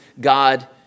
God